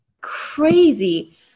crazy